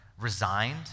resigned